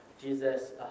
Jesus